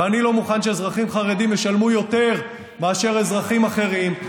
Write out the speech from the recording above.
ואני לא מוכן שאזרחים חרדים ישלמו יותר מאשר אזרחים אחרים,